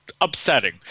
upsetting